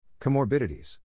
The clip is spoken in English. Comorbidities